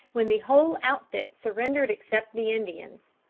when the whole outfit surrendered except the indians.